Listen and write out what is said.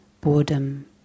boredom